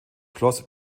schloss